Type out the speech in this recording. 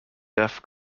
deaf